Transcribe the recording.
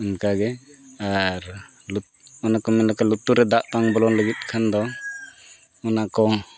ᱚᱱᱠᱟᱜᱮ ᱟᱨ ᱚᱱᱟ ᱠᱚ ᱢᱮᱱ ᱞᱮᱠᱟ ᱞᱩᱛᱩᱨ ᱨᱮ ᱫᱟᱜ ᱵᱟᱝ ᱵᱚᱞᱚᱱ ᱞᱟᱹᱜᱤᱫ ᱠᱷᱟᱱ ᱫᱚ ᱚᱱᱟ ᱠᱚ